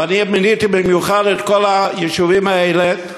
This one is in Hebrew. ואני מניתי במיוחד את כל היישובים האלה,